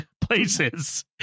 places